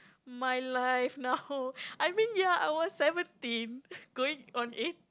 my life now I mean ya I was seventeen going on eight